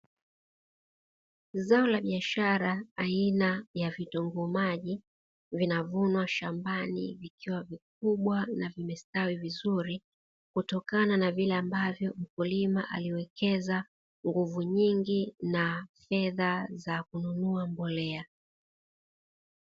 Zao la biashara aina ya vitunguu maji vinavunwa shambani vikiwa vikubwa na vimestawi vizuri, kutokana na vile ambavyo mkulima aliwekeza nguvu nyingi na fedha za kukunua mbolea.